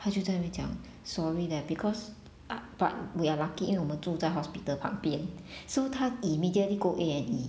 她就在那边讲 sorry leh because but but we are lucky 因为我们住在 hospital 旁边 so 她 immediately go A&E